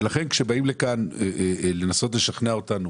לכן כשבאים לכאן לנסות לשכנע אותנו